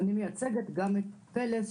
אני מייצגת גם את יחידת פלס,